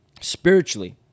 spiritually